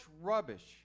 rubbish